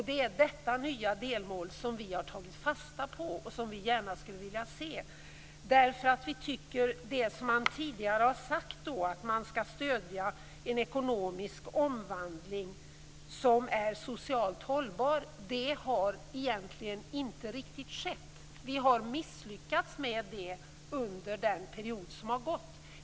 Det är detta nya delmål som vi har tagit fasta på och som vi gärna skulle vilja se, därför att vi tycker att det som man tidigare har sagt, att man skall stödja en ekonomisk omvandling som är socialt hållbar, egentligen inte riktigt har skett. Vi har misslyckats med det under den period som har gått.